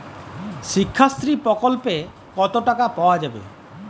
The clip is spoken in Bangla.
শিক্ষাশ্রী প্রকল্পে কতো টাকা পাওয়া যাবে?